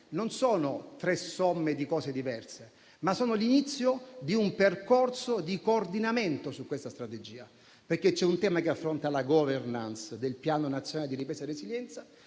non si tratta della somma di cose diverse, ma dell'inizio di un percorso di coordinamento su questa strategia. C'è un tema che affronta la *governance* del Piano nazionale di ripresa e resilienza,